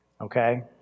Okay